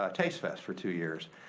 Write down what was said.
ah tastefest for two years.